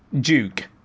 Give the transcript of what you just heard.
Duke